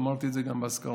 ואמרתי את זה גם באזכרה: